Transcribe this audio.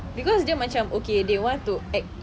because dia macam okay they want to act